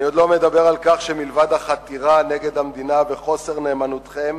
אני עוד לא מדבר על כך שמלבד החתירה נגד המדינה וחוסר נאמנותכם